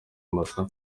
masa